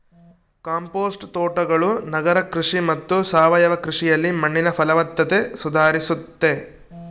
compost ತೋಟಗಳು ನಗರ ಕೃಷಿ ಮತ್ತು ಸಾವಯವ ಕೃಷಿಯಲ್ಲಿ ಮಣ್ಣಿನ ಫಲವತ್ತತೆ ಸುಧಾರಿಸ್ತತೆ